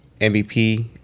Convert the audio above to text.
MVP